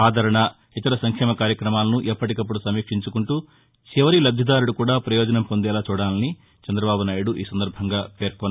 ఆదరణ ఇతర సంక్షేమ కార్యక్రమాలను ఎప్పటికప్పుడు సమీక్షించుకుంటూ చివరి లబ్దిదారుడు కూడా పయోజనం పొందేలా చూడాలని చందబాబు నాయుడు పేర్కొన్నారు